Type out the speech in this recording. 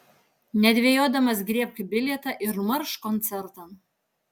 nedvejodamas griebk bilietą ir marš koncertan